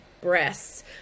breasts